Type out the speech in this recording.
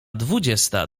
dwudziesta